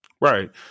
Right